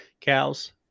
cows